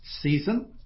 season